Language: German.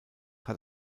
hat